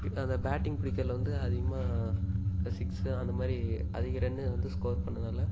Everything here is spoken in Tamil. அந்த பேட்டிங் பிடிக்குறதுல வந்து அதிகமாக சிக்ஸு அந்த மாதிரி அதிக ரன்னு வந்து ஸ்கோர் பண்ணதால்